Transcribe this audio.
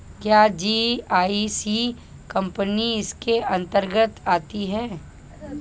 क्या GIC company इसके अन्तर्गत आती है?